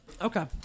Okay